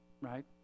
Right